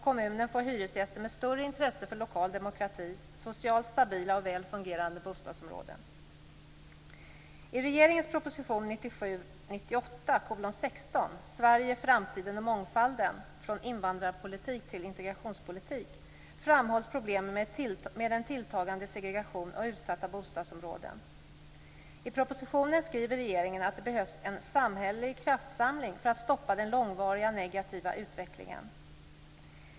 Kommunen får hyresgäster med större intresse för lokal demokrati, socialt stabila och väl fungerande bostadsområden. I regeringens proposition 1997/98:16 Sverige, framtiden och mångfalden från invandrarpolitik till integrationspolitik framhålls problemen med en tilltagande segregation och utsatta bostadsområden. I propositionen skriver regeringen att det behövs en samhällelig kraftsamling för att man skall kunna stoppa den långvariga negativa utvecklingen.